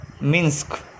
Minsk